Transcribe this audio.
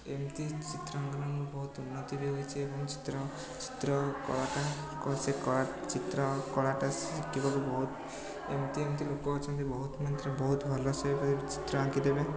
ଏମିତି ଚିତ୍ରଅଙ୍କନ ମୁଁ ବହୁତ ଉନ୍ନତି ବି ହୋଇଛି ଏବଂ ଚିତ୍ର ଚିତ୍ର କଳାକାରଙ୍କ ସେ କଳା ଚିତ୍ର ତାକୁ ଶିଖିବାକୁ ବହୁତ ଏମିତି ଏମିତି ଲୋକ ଅଛନ୍ତି ବହୁତ ମାତ୍ରାରେ ବହୁତ ଭଲସେ ବି ଚିତ୍ର ଆଙ୍କି ଦେବେ